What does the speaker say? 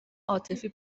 عاطفی